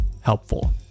helpful